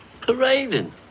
Parading